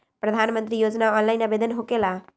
प्रधानमंत्री योजना ऑनलाइन आवेदन होकेला?